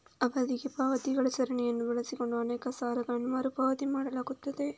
ಅವಧಿಗೆ ಪಾವತಿಗಳ ಸರಣಿಯನ್ನು ಬಳಸಿಕೊಂಡು ಅನೇಕ ಸಾಲಗಳನ್ನು ಮರು ಪಾವತಿ ಮಾಡಲಾಗುತ್ತದೆ